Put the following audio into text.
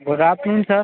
good afternoon sir